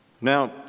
Now